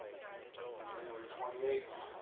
january twenty eighth,